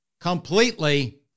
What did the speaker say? completely